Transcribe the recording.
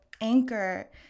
Anchor